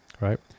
Right